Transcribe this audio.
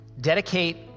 Dedicate